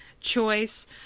Choice